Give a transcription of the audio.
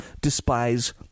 despise